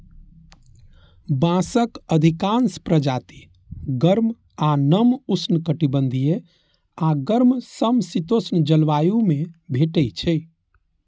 बांसक अधिकांश प्रजाति गर्म आ नम उष्णकटिबंधीय आ गर्म समशीतोष्ण जलवायु मे भेटै छै